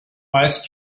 ice